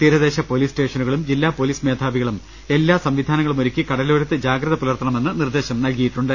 തീര ദേശ പൊലീസ് സ്റ്റേഷനുകളും ജില്ലാ പൊലീസ് മേധാവികളും എല്ലാ സംവിധാനങ്ങളുമൊരുക്കി കടലോരത്ത് ജാഗ്രത പുലർത്ത ണമെന്ന് നിർദ്ദേശം നൽകിയിട്ടുണ്ട്